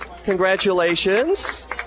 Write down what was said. Congratulations